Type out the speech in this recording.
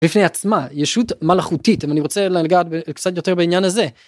בפני עצמה ישות מלאכותית אם אני רוצה לגעת קצת יותר בעניין הזה.